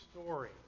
story